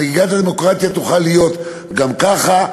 חגיגת הדמוקרטיה תוכל להיות גם ככה,